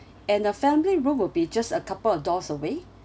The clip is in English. and a family room will be just a couple of doors away